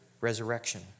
resurrection